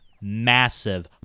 massive